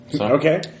Okay